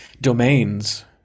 domains